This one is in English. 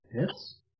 Yes